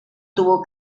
tuvo